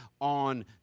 on